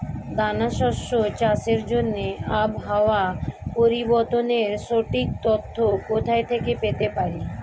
দানা শস্য চাষের জন্য আবহাওয়া পরিবর্তনের সঠিক তথ্য কোথা থেকে পেতে পারি?